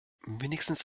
wenigstens